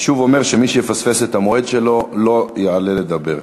אני שוב אומר שמי שיפספס את המועד שלו לא יעלה לדבר.